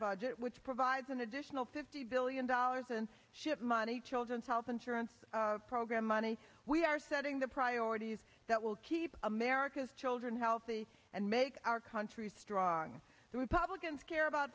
budget which provides an additional fifty billion dollars and schip money children's health insurance program money we are setting the priorities that will keep america's children healthy and make our country strong the republicans care about